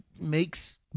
makes